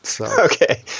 Okay